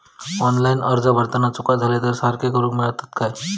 Online अर्ज भरताना चुका जाले तर ते सारके करुक मेळतत काय?